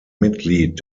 mitglied